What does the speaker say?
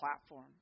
platform